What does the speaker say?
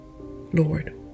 Lord